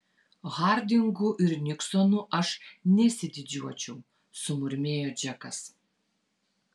hardingu ir niksonu aš nesididžiuočiau sumurmėjo džekas